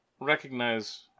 recognize